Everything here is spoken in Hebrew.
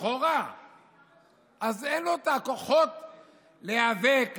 לכאורה אין לו את הכוחות להיאבק,